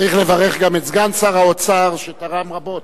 צריך לברך גם את סגן שר האוצר שתרם רבות.